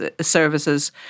services